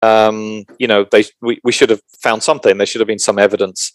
אממ, אתה יודע, היינו צריכים למצוא משהו, צריכים להיות לכך עדויות.